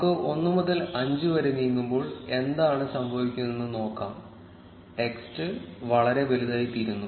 നമുക്ക് 1 മുതൽ 5 വരെ നീങ്ങുമ്പോൾ എന്താണ് സംഭവിക്കുന്നതെന്ന് നോക്കാം ടെക്സ്റ്റ് വളരെ വലുതായിത്തീരുന്നു